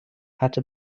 hatte